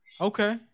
Okay